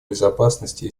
безопасности